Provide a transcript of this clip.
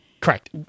Correct